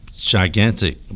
gigantic